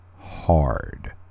hard